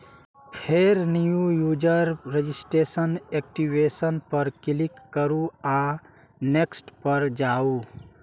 फेर new user registration, activation पर click करू आ नेक्स्ट पर जाउ